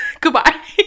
Goodbye